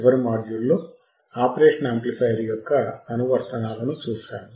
చివరి మాడ్యూల్లో operational amplifier యొక్క అనువర్తనాలను చూశాము